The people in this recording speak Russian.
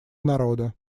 народа